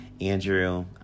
Andrew